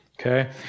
Okay